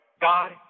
God